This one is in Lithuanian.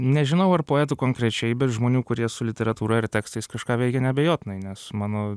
nežinau ar poetu konkrečiai bet žmonių kurie su literatūra ir tekstais kažką veikia neabejotinai nes mano